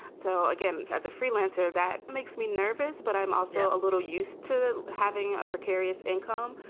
so, again, as a freelancer, that makes me nervous. but i'm also a little used to having a precarious income.